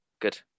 Good